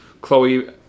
Chloe